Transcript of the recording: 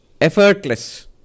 effortless